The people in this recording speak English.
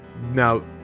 Now